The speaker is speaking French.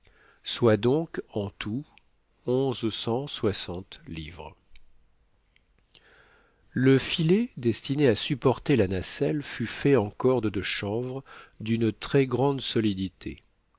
soit donc en tout onze cent soixante livres le filet destiné à supporter la nacelle fut fait en corde de chanvre d'une très grande solidité